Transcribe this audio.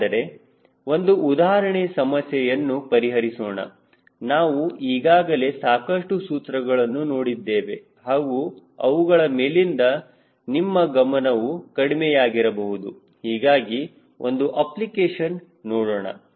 ಹಾಗಾದರೆ ಒಂದು ಉದಾಹರಣೆ ಸಮಸ್ಯೆಯನ್ನು ಪರಿಹರಿಸೋಣ ನಾವು ಈಗಾಗಲೇ ಸಾಕಷ್ಟು ಸೂತ್ರಗಳನ್ನು ನೋಡಿದ್ದೇವೆ ಹಾಗೂ ಅವುಗಳ ಮೇಲಿಂದ ನಿಮ್ಮ ಗಮನವೂ ಕಡಿಮೆಯಾಗಿರಬಹುದು ಹೀಗಾಗಿ ಒಂದು ಅಪ್ಲಿಕೇಶನ್ ನೋಡೋಣ